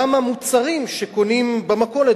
גם המוצרים שקונים במכולת,